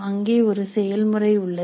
அங்கே ஒரு செயல்முறை உள்ளது